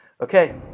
Okay